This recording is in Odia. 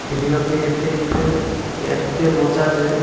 ଖେଳିବା ପାଇଁ ଏତେ ଏତେ ମଜା ଯେ